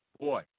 boy